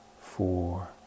four